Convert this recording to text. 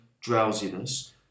drowsiness